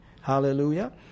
Hallelujah